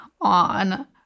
on